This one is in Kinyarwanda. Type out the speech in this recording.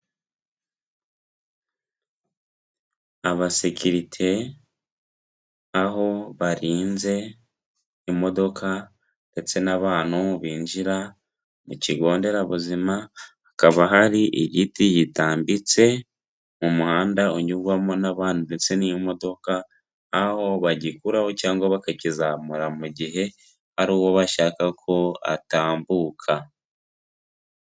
Abasekirite aho barinze imodoka ndetse n'abantu binjira mu kigo nderabuzima, hakaba hari igiti gitambitse mu muhanda unyurwamo n'abandi ndetse n'imodoka, aho bagikuraho cyangwa bakakizamura mu gihe hari uwo bashaka ko atambuka.